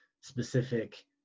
specific